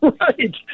right